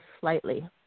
slightly